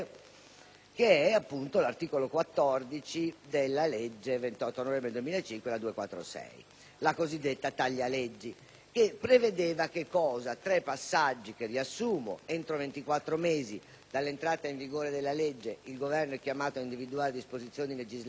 Mi riferisco all'articolo 14 della legge 28 novembre 2005, n. 246, la cosiddetta taglia-leggi, che prevede tre passaggi fondamentali. Innanzitutto, entro 24 mesi dall'entrata in vigore della legge il Governo è chiamato a individuare disposizioni legislative